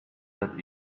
that